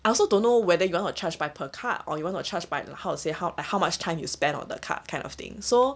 I also don't know whether you want charged by per card or you want to charged by how to say how err how much time you spend on the card kind of thing so